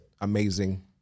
amazing